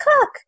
cook